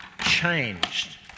changed